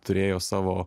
turėjo savo